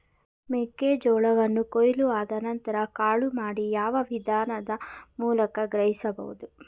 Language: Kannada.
ಮೆಕ್ಕೆ ಜೋಳವನ್ನು ಕೊಯ್ಲು ಆದ ನಂತರ ಕಾಳು ಮಾಡಿ ಯಾವ ವಿಧಾನದ ಮೂಲಕ ಸಂಗ್ರಹಿಸಬಹುದು?